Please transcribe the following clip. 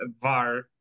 var